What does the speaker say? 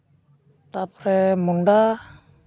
ᱛᱟᱨᱯᱚᱨᱮ ᱢᱩᱱᱰᱟ